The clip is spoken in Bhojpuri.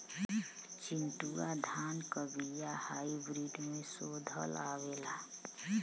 चिन्टूवा धान क बिया हाइब्रिड में शोधल आवेला?